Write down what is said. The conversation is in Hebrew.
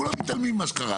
אל תהיה פסימי, אתה תכיר אותי.